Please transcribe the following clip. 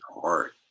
heart